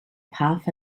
path